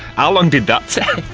ah long did that